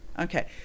Okay